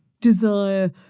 desire